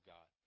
God